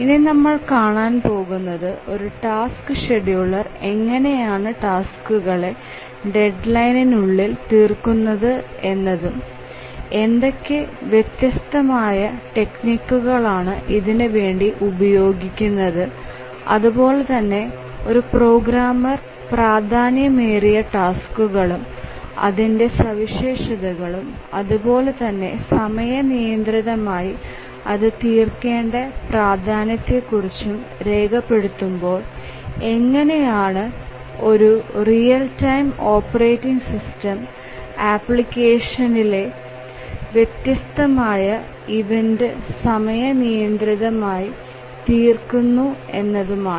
ഇനി നമ്മൾ കാണാൻ പോകുന്നത് ഒരു ടാസ്ക് ഷെഡ്യൂളർ എങ്ങനെയാണ് ടാസ്കുകളെ ഡെഡ്ലൈനിന്റെ ഉള്ളിൽ തീർക്കുന്നത് എന്നതും എന്തൊക്കെ വ്യത്യസ്തമായ ടെക്നിക്കുകൾ ആണ് ഇതിനു വേണ്ടി ഉപയോഗിക്കുന്നത് അതുപോലെതന്നെ ഒരു പ്രോഗ്രാമർ പ്രാധാന്യമേറിയ ടാസ്കുകളും അതിന്റെ സവിശേഷതകളും അതുപോലെ തന്നെ സമയം നിയന്ത്രിതമായി അതു തീർക്കേണ്ട പ്രാധാന്യത്തെക്കുറിച്ചും രേഖപ്പെടുത്തുമ്പോൾ എങ്ങനെയാണ് ഒരു റിയൽ ടൈം ഓപ്പറേറ്റിംഗ് സിസ്റ്റം ആപ്ലിക്കേഷനിലെ വ്യത്യസ്തമായ ഇവൻസ് സമയം നിയന്ത്രിതമായി എങ്ങനെ തീർക്കുന്നു എന്നതുമാണ്